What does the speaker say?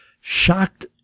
shocked